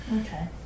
Okay